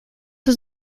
was